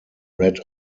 read